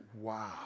wow